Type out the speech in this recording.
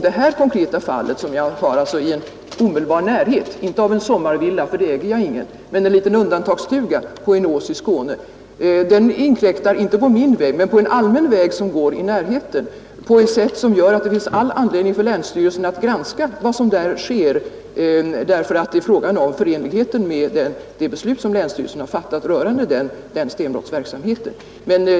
Det konkreta fall som jag har talat om i omedelbar närhet inte av en sommarvilla — ty någon sådan äger jag inte — men av en liten undantagsstuga på en ås i Skåne inkräktar inte på min väg eller min vattenförsörjning men på en allmän väg i närheten på ett sätt som gör att det finns all anledning för länsstyrelsen att granska vad som sker, ty frågan är om det är förenligt med det beslut som länsstyrelsen fattat rörande denna stenbrottsverksamhet.